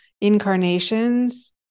incarnations